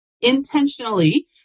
intentionally